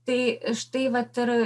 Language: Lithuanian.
tai štai vat ir